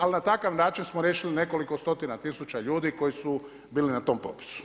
Ali na takav način smo riješili nekoliko stotina tisuća ljudi koji su bili na tom popisu.